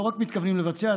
לא רק מתכוונים לבצע,